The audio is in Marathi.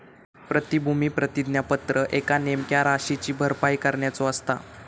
प्रतिभूती प्रतिज्ञापत्र एका नेमक्या राशीची भरपाई करण्याचो असता